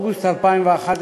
תודה רבה לך.